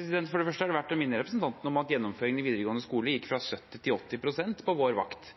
det første er det verdt å minne representanten om at gjennomføringen i videregående skole gikk fra 70 til 80 pst. på vår vakt,